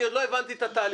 אני עוד לא הבנתי את התהליך.